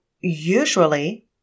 usually